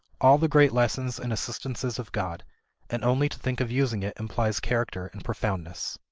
all the great lessons and assistances of god and only to think of using it implies character and profoundness.